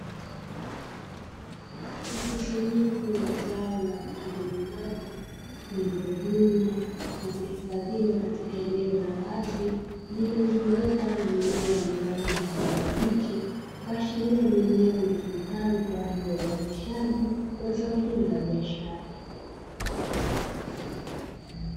Mkusanyiko wa zao la vitunguu maji vilivo vunwa na kuhifadhiwa katika eneo la wazi lilizungukwa na mimea ya rangi kijani kibichi. Kuashiria ni eneo litumikalo kwa uzalishaji wa zao hili la biashara.